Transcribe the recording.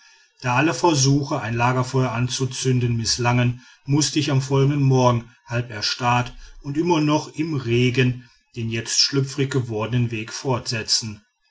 da alle versuche ein lagerfeuer anzuzünden mißlangen mußte ich am folgenden morgen halb erstarrt und immer noch im regen den jetzt schlüpfrig gewordenen weg fortsetzen